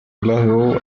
glasgow